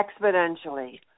exponentially